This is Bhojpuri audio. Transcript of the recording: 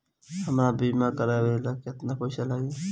हमका बीमा करावे ला केतना पईसा लागी?